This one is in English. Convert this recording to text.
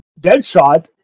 Deadshot